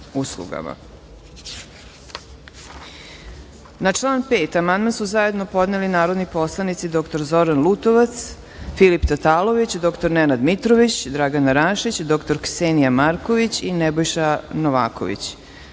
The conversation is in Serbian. član 5. amandman su zajedno podneli narodni poslanici dr Zoran Lutovac, Filip Tatalović, dr Nenad Mitrović, Dragana Rašić, dr Ksenija Marković i Nebojša Novaković. Primili